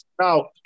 now